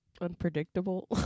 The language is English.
Unpredictable